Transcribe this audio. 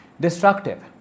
destructive